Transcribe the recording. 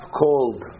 called